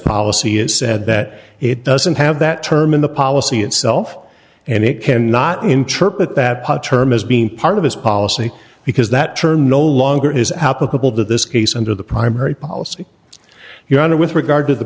policy it said that it doesn't have that term in the policy itself and it can not interpret that her miss being part of his policy because that term no longer is applicable to this case under the primary policy your honor with regard to the